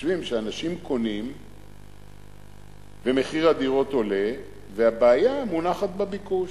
חושבים שאנשים קונים ומחיר הדירות עולה והבעיה מונחת בביקוש.